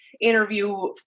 interview